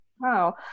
Wow